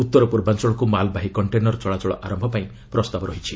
ଉତ୍ତର ପର୍ବାଞ୍ଚଳକ୍ ମାଲବାହୀ କଣ୍ଟେନର୍ ଚଳାଚଳ ଆରମ୍ଭ ପାଇଁ ପ୍ରସ୍ତାବ ରହିଛି